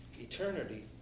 eternity